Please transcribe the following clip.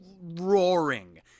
roaring